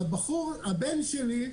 והבן שלי,